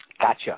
Gotcha